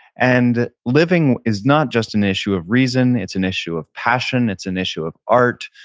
and living is not just an issue of reason. it's an issue of passion. it's an issue of art.